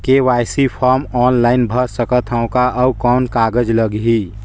KYC form online भर सकत हवं का? अउ कौन कागज लगही?